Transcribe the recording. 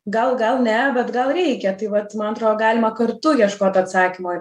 gal gal ne bet gal reikia tai vat man atrodo galima kartu ieškot atsakymo į